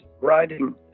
riding